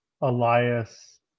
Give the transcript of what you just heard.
elias